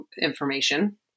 information